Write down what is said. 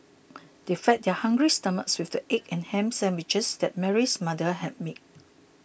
they fed their hungry stomachs with the egg and ham sandwiches that Mary's mother had made